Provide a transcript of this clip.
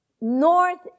North